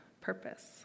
purpose